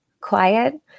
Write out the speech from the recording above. quiet